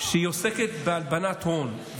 שעוסקת בהלבנת הון,